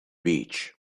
beach